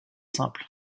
simple